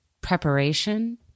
preparation